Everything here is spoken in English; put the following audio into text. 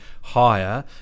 higher